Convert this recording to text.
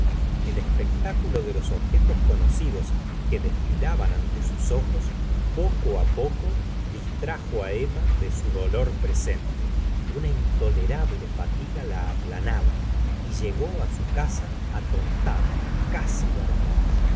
el espectáculo de los objetos conocidos que desfilaban ante sus ojos poco á poco distrajo á emma de su dolor presente una intolerable fatiga la aplanaba y llegó á su cosa atontada casi dormida